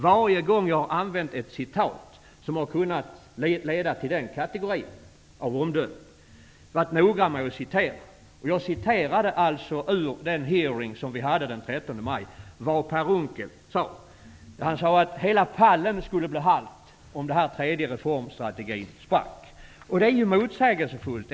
Varje gång jag har använt ett citat som har kunnat leda till den kategorin av omdömen har jag varit noga med att citera korrekt. Jag citerade vad Per Unckel sade vid den hearing som vi hade den 13 maj. Han sade att hela pallen skulle bli halt om den tredje reformstrategin sprack. Det är motsägelsefullt.